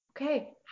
okay